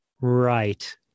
right